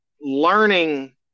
learning